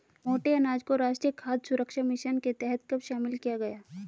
मोटे अनाज को राष्ट्रीय खाद्य सुरक्षा मिशन के तहत कब शामिल किया गया?